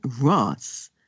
Ross